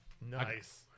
Nice